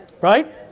right